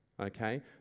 okay